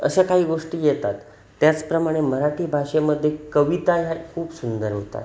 अशा काही गोष्टी येतात त्याचप्रमाणे मराठी भाषेमध्ये कविता ह्या खूप सुंदर होतात